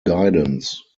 guidance